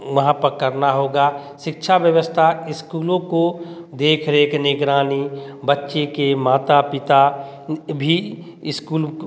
वहाँ पर करना होगा शिक्षा व्यवस्था स्कूलों को देखरेख निगरानी बच्चे के माता पिता भी स्कूल